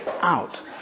out